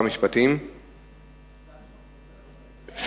אני קובע שהצעת החוק תועבר לוועדת הכלכלה